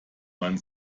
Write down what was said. man